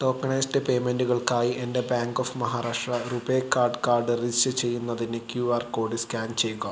tokenised പേയ്മെൻറ്റുകൾക്കായി എൻ്റെ bank of Maharashtra RuPay card card register ചെയ്യുന്നതിന് ക്യു ആർ കോഡ് സ്കാൻ ചെയ്യുക